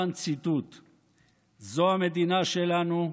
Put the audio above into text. זו המדינה שלנו,